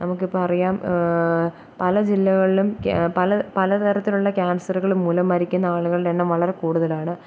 നമുക്കിപ്പോൾ അറിയാം പല ജില്ലകളിലും കേ പല പലതരത്തിലുള്ള ക്യാൻസറുകൾ മൂലം മരിക്കുന്ന ആളുകളുടെ എണ്ണം വളരെ കൂടുതലാണ്